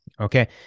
Okay